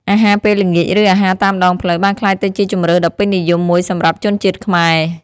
អាហារពេលល្ងាច ឬអាហារតាមដងផ្លូវបានក្លាយទៅជាជម្រើសដ៏ពេញនិយមមួយសម្រាប់ជនជាតិខ្មែរ។